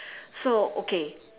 so okay